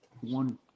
one